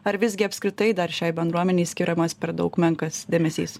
ar visgi apskritai dar šiai bendruomenei skiriamas per daug menkas dėmesys